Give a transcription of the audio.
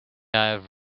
have